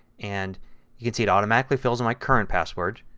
and you can see it automatically fills in my current password.